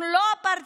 אנחנו לא אפרטהייד,